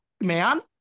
Man